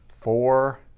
four